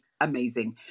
amazing